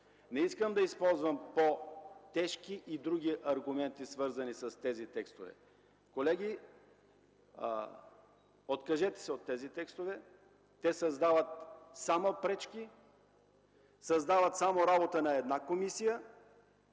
Не искам да използвам други и по-тежки аргументи, свързани с тези текстове. Колеги, откажете се от тези текстове. Те създават само пречки, създават работа на една комисия